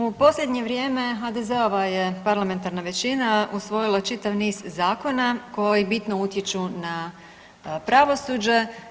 U posljednje vrijeme HDZ-ova je parlamentarna većina usvojila čitav niz zakona koji bitno utječu na pravosuđe.